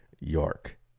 York